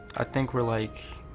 i think we're like.